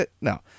No